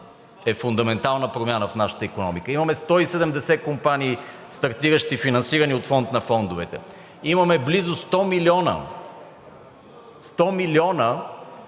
е фундаментална промяна в нашата икономика. Имаме 170 стартиращи компании, финансирани от Фонд на фондовете. Имаме близо 100 милиона, 100 милиона